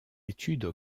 études